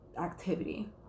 activity